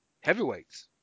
heavyweights